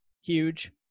huge